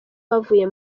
bavuye